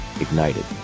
Ignited